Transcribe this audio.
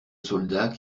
soldat